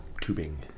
Tubing